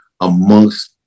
amongst